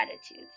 attitudes